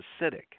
acidic